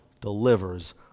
delivers